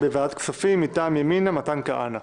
בוועדת כספים מטעם ימינה: מתן כהנא.